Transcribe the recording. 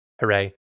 hooray